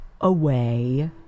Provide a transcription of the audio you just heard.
away